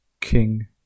King